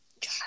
God